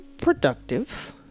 productive